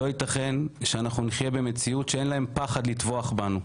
לא ייתכן שאנחנו נחיה במציאות שאין להם פחד לטבוח בנו.